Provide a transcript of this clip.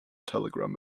telegram